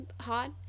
hard